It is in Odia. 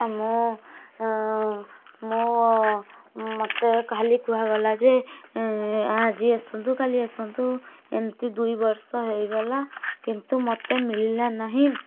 ମୁଁ ମୋ ମତେ ଖାଲି କୁହାଗଲା ଯେ ଏଁ ଆଜି ଆସନ୍ତୁ କାଲି ଆସନ୍ତୁ ଏମିତି ଦୁଇବର୍ଷ ହେଇଗଲା କିନ୍ତୁ ମୋତେ ମିଳିଲା ନାହିଁ